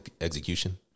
execution